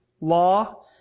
Law